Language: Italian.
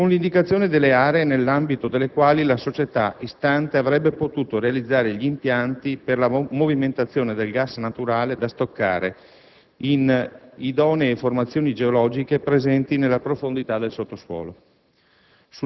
con l'indicazione delle aree nell'ambito delle quali la società istante avrebbe potuto realizzare gli impianti per la movimentazione del gas naturale da stoccare in idonee formazioni geologiche presenti nella profondità del sottosuolo.